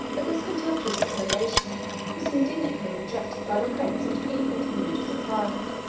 but this contemptuous appellation was indignantly rejected by the prince and people to whom it was applied.